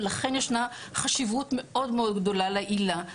ולכן ישנה חשיבות מאוד מאוד גדולה לעילה.